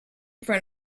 front